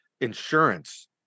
insurance